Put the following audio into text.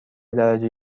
درجه